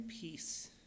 peace